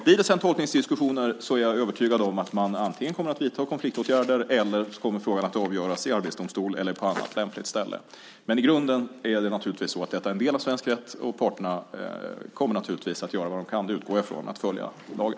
Blir det sedan tolkningsdiskussioner är jag övertygad om att man antingen kommer att vidta konfliktåtgärder, eller så kommer frågan att avgöras i Arbetsdomstolen eller på annat lämpligt ställe. I grunden är det så att detta är en del av svensk rätt, och parterna kommer naturligtvis - det utgår jag ifrån - att göra vad de kan för att följa lagen.